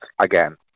again